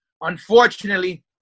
unfortunately